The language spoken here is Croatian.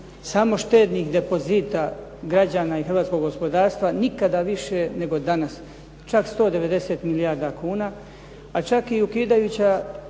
Samo štednih depozita građana i hrvatskog gospodarstva nikada više nego danas. Čak 190 milijardi kuna, a čak i ukidajuća